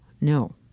No